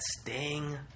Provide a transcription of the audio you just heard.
sting